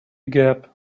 gap